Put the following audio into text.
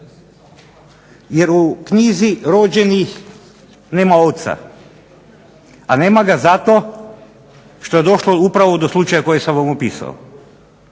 jer u knjizi rođenih nema oca, a nema ga zato što je došlo upravo do slučaja koji sam vam opisao.